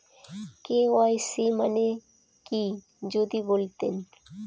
KYC মানে কি যদি বলতেন?